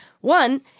One